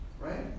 right